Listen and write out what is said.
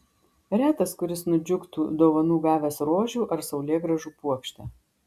retas kuris nudžiugtų dovanų gavęs rožių ar saulėgrąžų puokštę